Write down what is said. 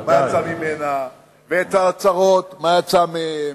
מה יצא ממנה, ואת ההצהרות, ומה יצא מהן,